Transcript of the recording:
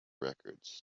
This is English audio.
records